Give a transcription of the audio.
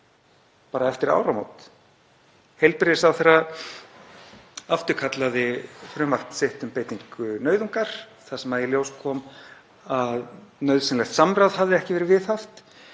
bara eftir áramót. Heilbrigðisráðherra afturkallaði frumvarp sitt um beitingu nauðungar þar sem í ljós kom að nauðsynlegt samráð hafði ekki verið viðhaft